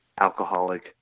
alcoholic